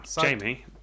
Jamie